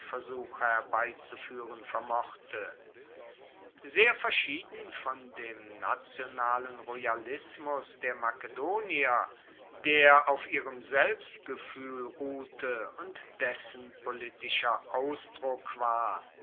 herbeizufuehren vermochte sehr verschieden von dem nationalen royalismus der makedonier der auf ihrem selbstgefuehl ruhte und dessen politischer ausdruck war